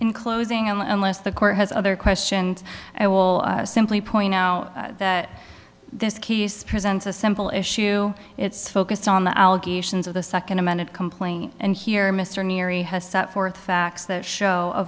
in closing and unless the court has other questions i will simply point out that this case presents a simple issue it's focused on the allegations of the second amended complaint and here mr neary has set forth facts that show a